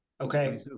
Okay